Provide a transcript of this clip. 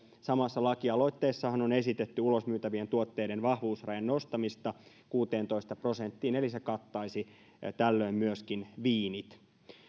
samassa lakialoitteessahan on esitetty ulosmyytävien tuotteiden vahvuusrajan nostamista kuuteentoista prosenttiin eli se kattaisi tällöin myöskin viinit